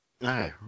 No